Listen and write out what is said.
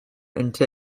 into